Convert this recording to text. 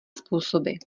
způsoby